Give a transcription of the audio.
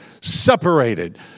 separated